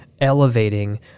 elevating